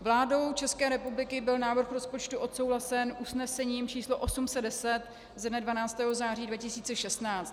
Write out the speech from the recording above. Vládou České republiky byl návrh rozpočtu odsouhlasen usnesením č. 810 ze dne 12. září 2016.